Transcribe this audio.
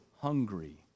hungry